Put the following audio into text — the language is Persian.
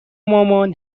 مامان